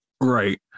right